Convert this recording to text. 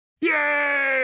Yay